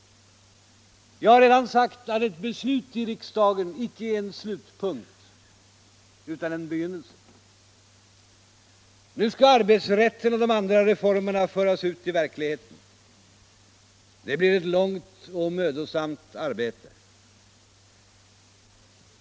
Jag har redan sagt att ett beslut i riksdagen icke är en slutpunkt utan en begynnelse. Nu skall arbetsrätten och de andra reformerna föras ut i verkligheten. Det blir ett långt och mödosamt arbete.